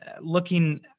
looking